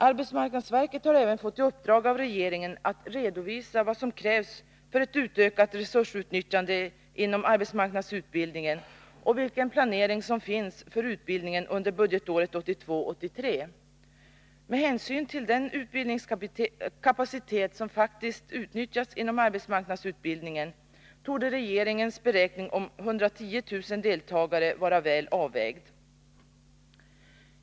AMS har även fått i uppdrag av regeringen att redovisa vad som krävs för ett utökat resursutnyttjande inom arbetsmarknadsutbildningen och vilken planering som finns för utbildningen under budgetåret 1982/83. Med hänsyn till den utbildningskapacitet som faktiskt utnyttjats inom arbetsmarknadsutbildningen torde regeringens beräkning om 110000 deltagare vara väl avvägd.